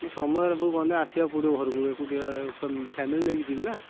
ମୁଁ ସମୟରେ ପୁଣି ଗଲେ ଆସିବାକୁ ପଡ଼ିବ ଘରକୁ ଏକୁଟିଆ ଫ୍ୟାମିଲି ନେଇକି ଯିବି ନା